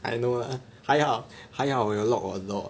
I know lah 还好还好我有 lock 我的 door